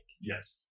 Yes